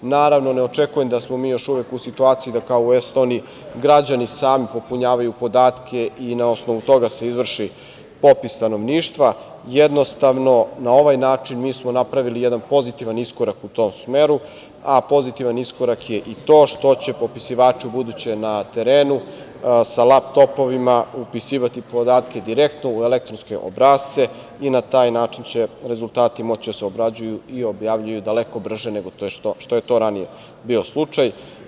Naravno ne dočekujem da smo mi još uvek u situaciji da, kao u Estoniji građani sami popunjavaju podatke i na osnovu toga se izvrši popis stanovništva, jednostavno na ovaj način mi smo napravili jedan pozitivan iskorak u tom smeru, a pozitivan iskorak je i to što će popisivači, u buduće na terenu, sa laptopovima, upisivati podatke direktno u elektronske obrasce i na taj način će rezultati moći da se obrađuju i objavljuju daleko brže, nego što je to ranije bio slučaj.